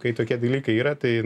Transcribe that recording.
kai tokie dalykai yra tai